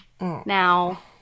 Now